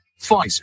Pfizer